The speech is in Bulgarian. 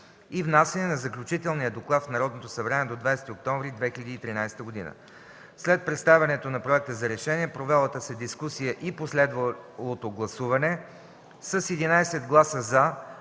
и внасяне на заключителния доклад в Народното събрание до 20 октомври 2013 г. След представянето на проекта за решение, провелата се дискусия и последвалото гласуване, с 11 гласа